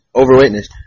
overweightness